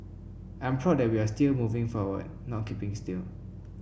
I am proud that we are still moving forward not keeping still